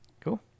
cool